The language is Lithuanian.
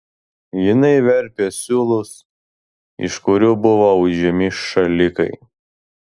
jinai verpė siūlus iš kurių buvo audžiami šalikai